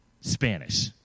Spanish